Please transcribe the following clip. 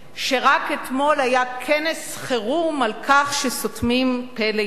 ורק אתמול היה כנס חירום על כך שסותמים פה לעיתונאים.